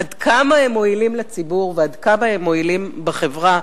עד כמה הם מועילים לציבור ועד כמה הם מועילים לחברה,